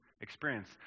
experience